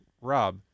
Rob